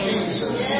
Jesus